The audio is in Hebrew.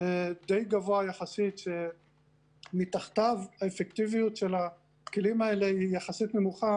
די גבוה יחסית שמתחתיו האפקטיביות של הכלים האלה היא יחסית נמוכה.